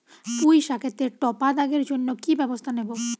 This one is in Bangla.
পুই শাকেতে টপা দাগের জন্য কি ব্যবস্থা নেব?